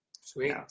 Sweet